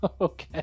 Okay